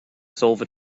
silver